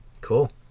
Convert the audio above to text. Cool